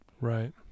Right